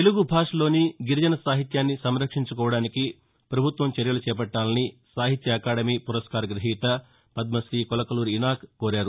తెలుగు భాషలోని గిరిజన సాహిత్యాన్ని సంరక్షించుకోవాడానికి పభుత్వం చర్యలు చేపట్టాలని సాహిత్య అకాదమి పురస్కార గ్రహీత పద్మత్రీ కొలకలూరి ఇనాక్ కోరారు